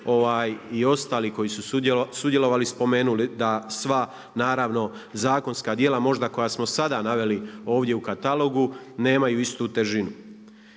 i ostali koji su sudjelovali spomenuli da sva naravno zakonska djela možda koja smo sada naveli ovdje u katalogu nemaju istu težinu.